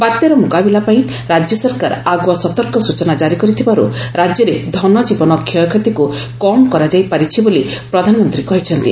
ବାତ୍ୟାର ମୁକାବିଲା ପାଇଁ ରାଜ୍ୟ ସରକାର ଆଗୁଆ ସତର୍କ ସ୍ଚନା ଜାରି କରିଥିବାରୁ ରାଜ୍ୟରେ ଧନଜୀବନ କ୍ଷୟକ୍ଷତିକୁ କମ୍ କରାଯାଇ ପାରିଛି ବୋଲି ପ୍ରଧାନମନ୍ତ୍ରୀ କହିଛନ୍ତି